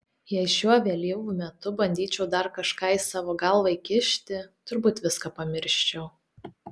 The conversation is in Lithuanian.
jei šiuo vėlyvu metu bandyčiau dar kažką į savo galvą įkišti turbūt viską pamirščiau